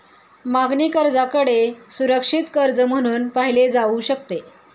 मागणी कर्जाकडे सुरक्षित कर्ज म्हणून पाहिले जाऊ शकते